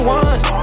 one